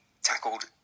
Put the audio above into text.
tackled